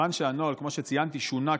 שכיוון שכמו שציינתי, הנוהל שונה כבר,